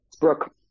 Brooke